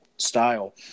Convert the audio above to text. Style